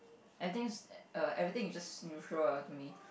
I think s~ everything is just neutral ah to me